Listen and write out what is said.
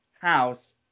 house